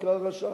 נקרא רשע.